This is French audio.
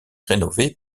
rénové